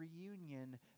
reunion